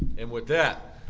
and with that,